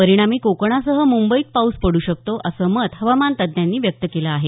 परिणामी कोकणासह मुंबईत पाऊस पडू शकतो असं मत हवामान तज्ज्ञांनी व्यक्त केलं आहे